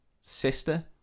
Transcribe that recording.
sister